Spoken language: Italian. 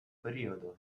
periodo